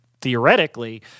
theoretically